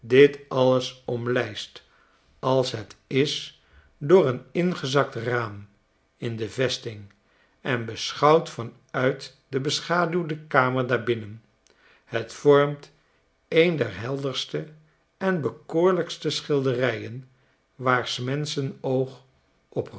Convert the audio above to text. dit alles omlijstalshetis door een ingezakt raam in de vesting en beschouwd van uit de beschaduwde kamer daarbinnen het vormt een der helderste en bekoorlijkste schilderijen waar s menschen oog op